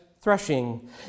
threshing